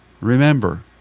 Remember